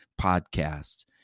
podcast